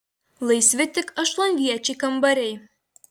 laisvi tik aštuonviečiai kambariai